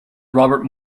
robert